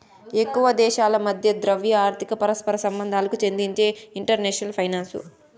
ఎక్కువ దేశాల మధ్య ద్రవ్య, ఆర్థిక పరస్పర సంబంధాలకు చెందిందే ఇంటర్నేషనల్ ఫైనాన్సు